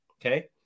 Okay